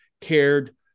cared